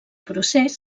procés